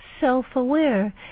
self-aware